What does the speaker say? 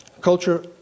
Culture